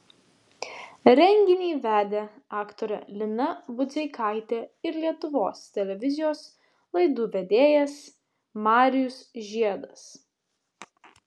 renginį vedė aktorė lina budzeikaitė ir lietuvos televizijos laidų vedėjas marijus žiedas